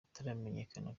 bataramenyekana